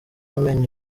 amenyo